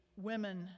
women